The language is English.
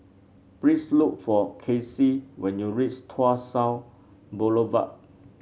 please look for Kasey when you reach Tuas South Boulevard